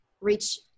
reach